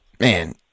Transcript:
man